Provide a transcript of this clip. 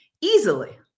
Easily